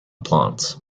plant